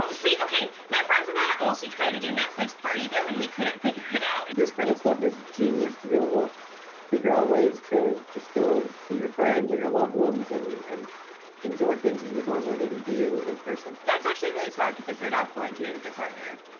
see, okay, my friends and i also tried to do netflix party, though, and we couldn't figure it out. this kind of stuff is genius, to be able to ah figure out ways to to still see your friends or your loved ones and and enjoy things that you would normally maybe do in person. that's actually really smart, cause if you're not quarantined with your partner,